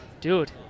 Dude